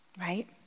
Right